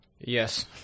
Yes